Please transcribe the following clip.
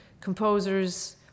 composers